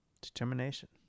Determination